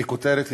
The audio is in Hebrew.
ככותרת,